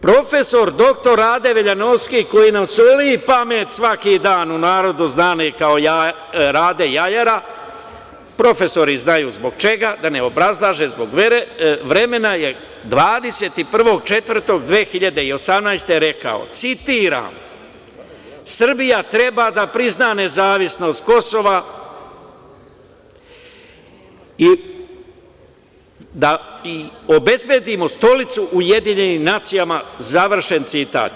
Profesor doktor Rade Veljanovski, koji nam soli pamet svaki dan, u narodu znani kao „Rade jajara“, profesori znaju zbog čega, da ne obrazlažem zbog vremena, je 21.4.2018. godine rekao, citiram: „Srbija treba da prizna nezavisnost Kosova i da obezbedimo stolicu u UN“, završen citat.